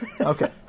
Okay